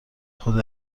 خود